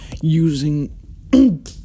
Using